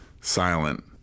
silent